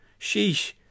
Sheesh